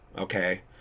Okay